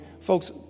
Folks